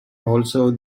also